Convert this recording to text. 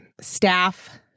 staff